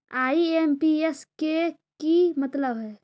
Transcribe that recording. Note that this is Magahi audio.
आई.एम.पी.एस के कि मतलब है?